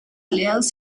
aliados